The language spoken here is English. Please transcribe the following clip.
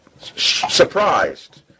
surprised